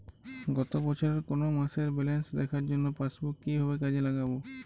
গত বছরের কোনো মাসের ব্যালেন্স দেখার জন্য পাসবুক কীভাবে কাজে লাগাব?